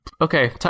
Okay